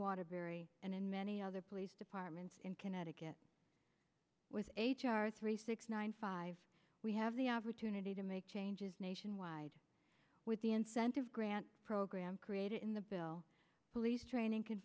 waterbury and in many other police departments in connecticut with h r three six nine five we have the opportunity to make changes nationwide with the incentive grant program created in the bill police training can